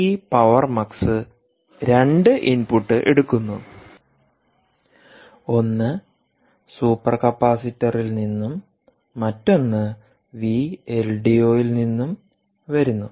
ഈ power mux രണ്ട് input എടുക്കുന്നു ഒന്ന് സൂപ്പർ കപ്പാസിറ്ററിൽ നിന്നും മറ്റൊന്ന് വി എൽ ഡി ഒ ൽ നിന്നും വരുന്നു